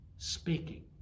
Speaking